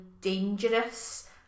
dangerous